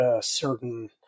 certain